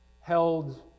held